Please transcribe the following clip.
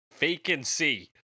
Vacancy